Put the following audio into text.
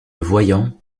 voyant